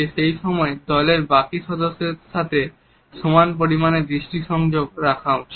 সেই সময় দলের বাকি সদস্যদের সাথে সমান পরিমাণে দৃষ্টি সংযোগ রাখা উচিত